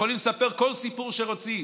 יכולים לספר כל סיפור שרוצים,